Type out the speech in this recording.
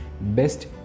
best